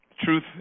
Truth